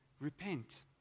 Repent